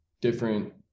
different